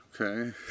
okay